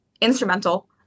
instrumental